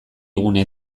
gune